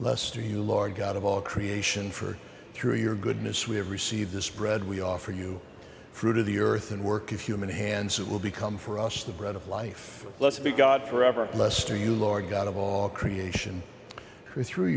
lester you lord god of all creation for through your goodness we have received this bread we offer you fruit of the earth and work in human hands will become for us the bread of life let's be god forever lester you lord god of all creation who through